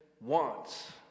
wants